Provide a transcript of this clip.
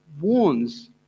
warns